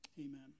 amen